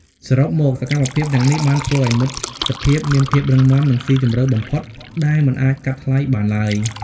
សរុបមក សកម្មភាពទាំងនេះបានធ្វើឱ្យមិត្តភាពមានភាពរឹងមាំនិងស៊ីជម្រៅបំផុតដែលមិនអាចកាត់ថ្លៃបានឡើយ។